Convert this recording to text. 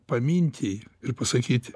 paminti ir pasakyti